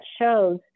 shows